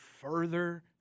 further